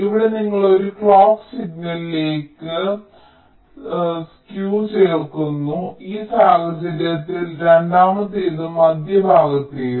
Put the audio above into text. ഇവിടെ ഞങ്ങൾ ഒരു ക്ലോക്ക് സിഗ്നലിലേക്ക് സ്കേ ചേർക്കുന്നു ഈ സാഹചര്യത്തിൽ രണ്ടാമത്തേതും മധ്യഭാഗത്തേയും